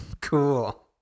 cool